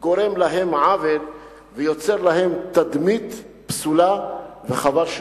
גורם להם עוול ויוצר להם תדמית פסולה, חבל שכך.